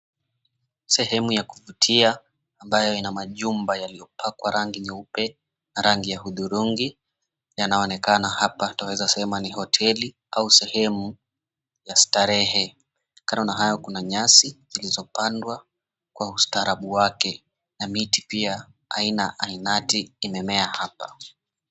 Sehemu ya kuvutia ambayo ina majumba yaliyopakwa rangi nyeupe na rangi ya hudhurungi yanaonekana hapa, twaweza sema ni hoteli au sehemu ya starehe. Kando na hayo, kuna nyasi zilizopandwa kwa ustarabu wake na miti pia aina ainati imemea hapa.